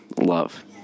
love